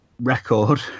record